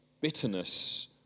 bitterness